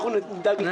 אנחנו נדאג לזה.